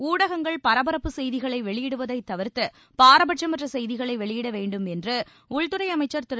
ஊடகங்கள் பரபரப்புச் செய்திகளை வெளியிடுவதைத் தவிர்த்து பாரபட்சமற்ற செய்திகளை வெளியிட வேண்டும் என்று உள்துறை அமைச்சர் திரு